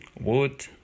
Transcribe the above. wood